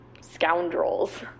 scoundrels